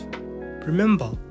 Remember